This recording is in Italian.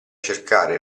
cercare